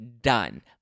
done